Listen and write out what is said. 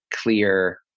clear